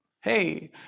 Hey